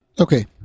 Okay